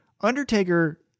Undertaker